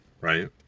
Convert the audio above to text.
Right